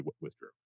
withdrew